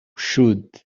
should